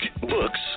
books